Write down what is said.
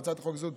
בהצעת החוק הזאת